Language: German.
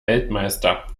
weltmeister